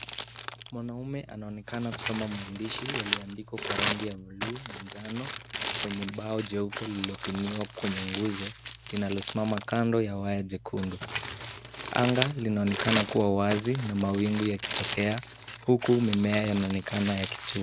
Mwanaume anaonekana kusoma maandishi yaliyoandikwa kwa rangi ya buluu na njano, kwenye bao jeupe iliyopiniwa kwenye nguzo linalosimama kando ya nyekundu. Anga linaonekana kuwa wazi na mawingu yakitokea huku mimea yanaonekana yakitua.